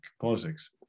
politics